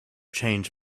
changed